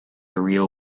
real